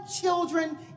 children